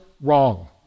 wrong